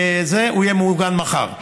הוא יהיה מעוגן מחר.